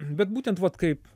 bet būtent vat kaip